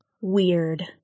Weird